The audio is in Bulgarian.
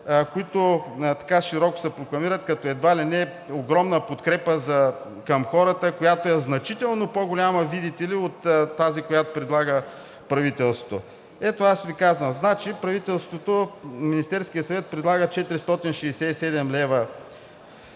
които широко се прокламират, като едва ли не огромна подкрепа към хората, която е значително по-голяма, видите ли, от тази, която предлага правителството. Ето, аз Ви казвам: правителството, Министерският съвет предлага 467 лв.